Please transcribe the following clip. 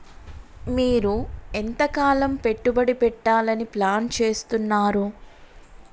మీరు ఎంతకాలం పెట్టుబడి పెట్టాలని ప్లాన్ చేస్తున్నారు?